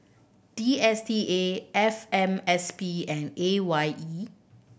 D S T A F M S P and A Y E